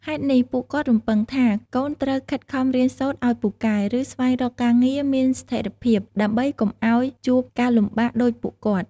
ហេតុនេះ ពួកគាត់រំពឹងថាកូនត្រូវ ខិតខំរៀនសូត្រឲ្យពូកែ ឬ ស្វែងរកការងារមានស្ថិរភាព ដើម្បីកុំឲ្យជួបការលំបាកដូចពួកគាត់។